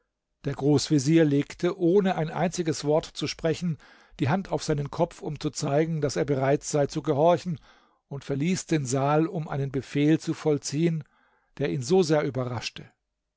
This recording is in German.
der großvezier legte ohne ein einziges wort zu sprechen die hand auf seinen kopf um zu zeigen daß er bereit sei zu gehorchen und verließ den saal um einen befehl zu vollziehen der ihn so sehr überraschte